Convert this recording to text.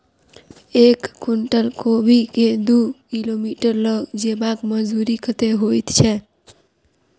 एक कुनटल कोबी केँ दु किलोमीटर लऽ जेबाक मजदूरी कत्ते होइ छै?